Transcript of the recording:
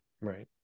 Right